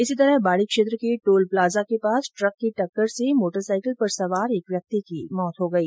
इसी तरह बाड़ी क्षेत्र के टोल प्लाजा के पास ट्रक की टक्कर से मोटरसाइकिल पर सवार एक व्यक्ति की मौत हो गई